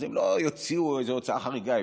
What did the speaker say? אז הם לא יוציאו איזו הוצאה חריגה,